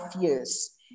years